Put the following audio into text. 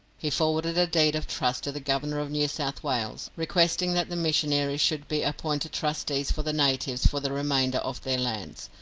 he forwarded a deed of trust to the governor of new south wales, requesting that the missionaries should be appointed trustees for the natives for the remainder of their lands,